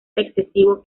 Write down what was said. excesivo